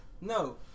No